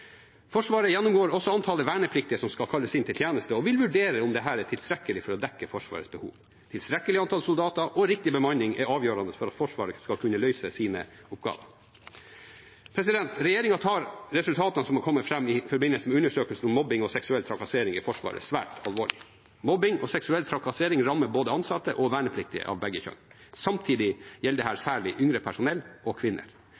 Forsvaret gjennomgår også antallet vernepliktige som skal kalles inn til tjeneste, og vil vurdere om dette er tilstrekkelig for å dekke Forsvarets behov. Et tilstrekkelig antall soldater og riktig bemanning er avgjørende for at Forsvaret skal kunne løse sine oppgaver. Regjeringen tar resultatene som har kommet fram i forbindelse med undersøkelsen om mobbing og seksuell trakassering i Forsvaret, svært alvorlig. Mobbing og seksuell trakassering rammer både ansatte og vernepliktige av begge kjønn. Samtidig gjelder dette særlig yngre personell og kvinner.